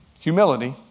humility